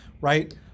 right